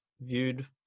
viewed